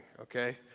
okay